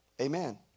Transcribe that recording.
Amen